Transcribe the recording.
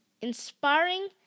inspiring